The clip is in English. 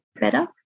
better